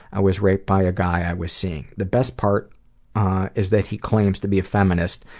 i was raped by a guy i was seeing. the best part is that he claims to be a feminist,